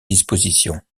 dispositions